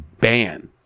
ban